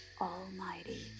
Almighty